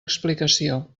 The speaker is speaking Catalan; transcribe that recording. explicació